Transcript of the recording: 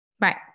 Right